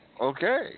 Okay